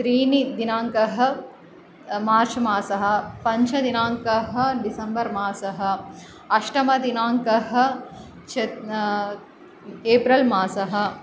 त्रीणि दिनाङ्कः मार्च् मासः पञ्चमदिनाङ्कः डिसम्बर् मासः अष्टमदिनाङ्कः च एप्रेल् मासः